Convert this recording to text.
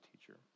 teacher